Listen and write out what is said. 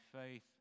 faith